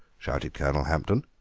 shouted colonel hampton,